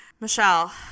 michelle